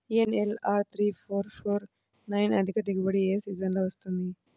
NLR three four four four nine అధిక దిగుబడి ఏ సీజన్లలో వస్తుంది?